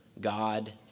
God